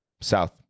South